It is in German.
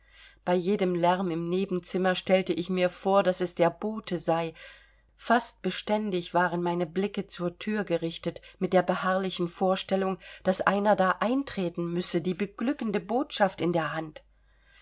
bei jedem lärm im nebenzimmer stellte ich mir vor daß es der bote sei fast beständig waren meine blicke zur thür gerichtet mit der beharrlichen vorstellung daß einer da eintreten müsse die beglückende botschaft in der hand